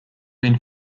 been